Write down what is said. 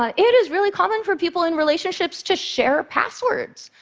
um it is really common for people in relationships to share passwords.